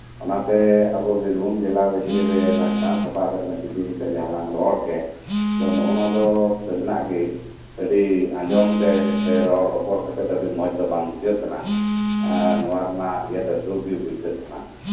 ᱚᱱᱟᱛᱮ ᱟᱵᱚ ᱵᱤᱨᱵᱷᱩᱢ ᱡᱮᱞᱟ ᱵᱷᱤᱛᱨᱤ ᱨᱮ ᱪᱟᱥ ᱟᱵᱟᱥ ᱤᱫᱤ ᱠᱟᱛᱮᱫ ᱡᱟᱦᱟᱸ ᱞᱟᱝ ᱨᱚᱲ ᱠᱮᱫ ᱱᱚᱶᱟ ᱫᱚ ᱥᱟᱹᱨᱤᱱᱟᱜ ᱜᱮ ᱟᱸᱰᱤ ᱟᱸᱡᱚᱢᱛᱮ ᱥᱮ ᱨᱚᱲ ᱨᱚᱯᱚᱲ ᱠᱟᱛᱮᱫ ᱫᱚ ᱟᱹᱰᱤ ᱢᱚᱸᱡᱽ ᱫᱚ ᱵᱟᱝ ᱵᱩᱡᱷᱟᱹᱜ ᱠᱟᱱ ᱱᱚᱶᱟ ᱨᱮᱭᱟᱜ ᱤᱭᱟᱹ ᱫᱚ ᱫᱩᱠ ᱜᱮ ᱵᱩᱡᱷᱟᱹᱜ ᱠᱟᱱᱟ